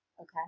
Okay